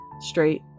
straight